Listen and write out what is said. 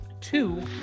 Two